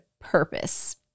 purpose